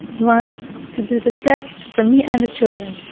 he wants to do the best for me and the children.